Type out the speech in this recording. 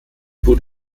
bot